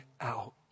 out